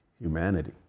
humanity